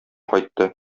кайтты